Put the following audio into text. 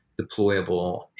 deployable